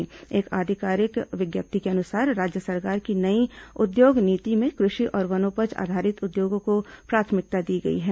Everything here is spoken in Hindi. लिए बासठ हजार से एक आधिकारिक विज्ञप्ति के अनुसार राज्य सरकार की नई उद्योग नीति में कृषि और वनोपज आधारित उद्योगों को प्राथमिकता दी गई है